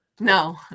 No